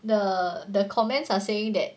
the the comments are saying that